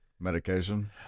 Medication